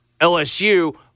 LSU